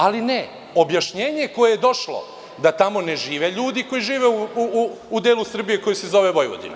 Ali, ne, objašnjenje koje je došlo jeste da tamo ne žive ljudi koji žive u delu Srbije koji se zove Vojvodina.